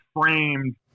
framed